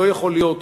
לא יכול להיות